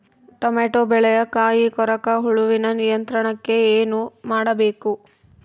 Tomato ಬೆಳೆಯ ಕಾಯಿ ಕೊರಕ ಹುಳುವಿನ ನಿಯಂತ್ರಣಕ್ಕೆ ಏನು ಮಾಡಬೇಕು?